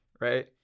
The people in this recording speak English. right